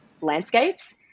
landscapes